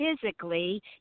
physically